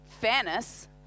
fairness